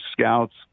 scouts